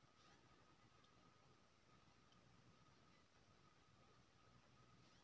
vermicompost खेतक माटि केर स्वास्थ्य लेल नीक होइ छै आ उपजा सेहो बढ़य छै